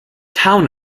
town